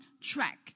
track